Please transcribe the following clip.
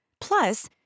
Plus